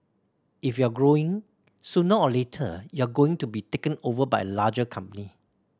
if you're growing sooner or later you are going to be taken over by a larger company